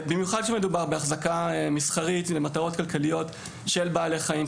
במיוחד כשמדובר בהחזקה מסחרית למטרות כלכליות של בעלי חיים,